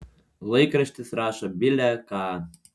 laikraštis rašo bile ką